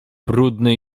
brudny